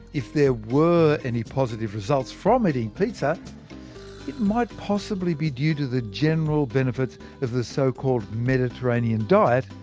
if there were any positive results from eating pizza, it might possibly be due to the general benefits of the so-called mediterranean diet,